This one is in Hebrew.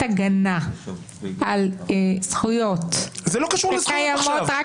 הגנה על זכויות שקיימות --- זה לא קשור לזכויות עכשיו.